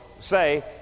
say